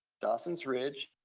dawson's ridge,